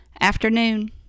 afternoon